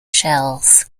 shells